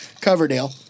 Coverdale